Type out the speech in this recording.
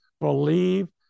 believe